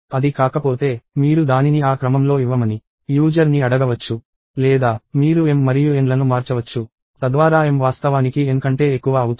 అది కాకపోతే మీరు దానిని ఆ క్రమంలో ఇవ్వమని యూజర్ ని అడగవచ్చు లేదా మీరు m మరియు n లను మార్చవచ్చు తద్వారా m వాస్తవానికి n కంటే ఎక్కువ అవుతుంది